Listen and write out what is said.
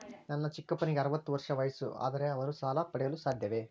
ನನ್ನ ಚಿಕ್ಕಪ್ಪನಿಗೆ ಅರವತ್ತು ವರ್ಷ ವಯಸ್ಸು, ಆದರೆ ಅವರು ಸಾಲ ಪಡೆಯಲು ಸಾಧ್ಯವೇ?